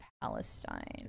Palestine